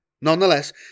Nonetheless